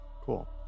Cool